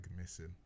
missing